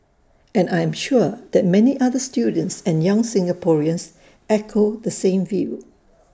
and I am sure that many other students and young Singaporeans echo the same view